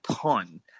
ton